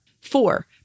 Four